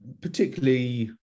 particularly